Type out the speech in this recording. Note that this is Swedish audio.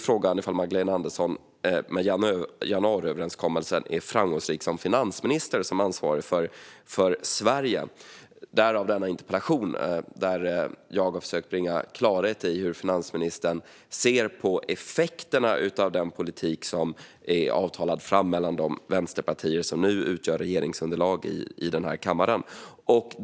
Frågan är dock om Magdalena Andersson med januariöverenskommelsen är framgångsrik som finansminister med ansvar för Sverige. Därför har jag ställt denna interpellation, där jag har försökt bringa klarhet i hur finansministern ser på effekterna av den politik som har avtalats fram mellan de vänsterpartier som nu utgör regeringsunderlag i kammaren.